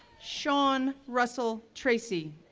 sean russell treacy,